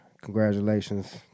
Congratulations